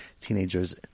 teenagers